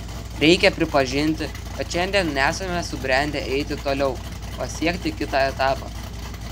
reikia pripažinti kad šiandien nesame subrendę eiti toliau pasiekti kitą etapą